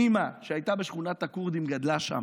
אימא הייתה בשכונת הכורדים, גדלה שם,